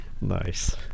Nice